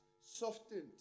softened